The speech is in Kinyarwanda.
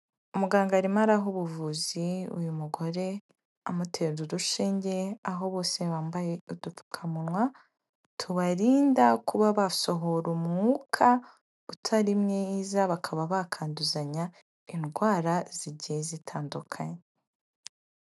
Umuganga arimo araha ubuvuzi uyu mugore amuteza udushinge aho bose bambaye udupfukamunwa tubarinda kuba basohora umwuka utari mwiza bakaba bakanduzanya indwara zigiye zitandukanye.